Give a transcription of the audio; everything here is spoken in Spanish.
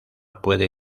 puede